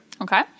Okay